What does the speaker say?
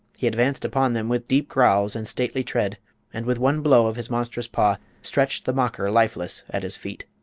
he advanced upon them with deep growls and stately tread and with one blow of his monstrous paw stretched the mocker lifeless at his feet.